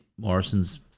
Morrison's